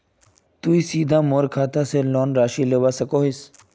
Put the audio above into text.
तुई सीधे मोर खाता से लोन राशि लुबा सकोहिस?